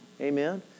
Amen